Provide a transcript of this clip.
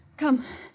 Come